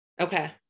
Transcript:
Okay